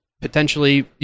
potentially